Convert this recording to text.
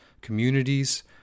communities